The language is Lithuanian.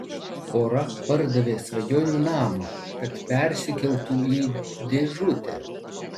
pora pardavė svajonių namą kad persikeltų į dėžutę